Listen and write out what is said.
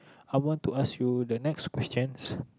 I want to ask you the next questions